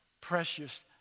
precious